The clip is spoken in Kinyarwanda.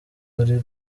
wari